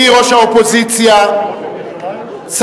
הצעתן של סיעות רע"ם-תע"ל,